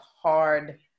hard